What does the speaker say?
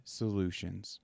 solutions